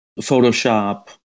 Photoshop